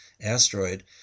asteroid